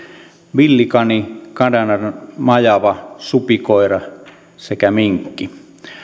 villikani kanadanmajava supikoira sekä minkki